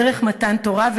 דרך מתן תורה,